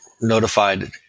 notified